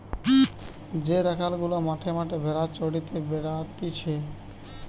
যে রাখাল গুলা মাঠে মাঠে ভেড়া চড়িয়ে বেড়াতিছে